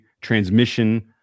transmission